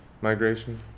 migration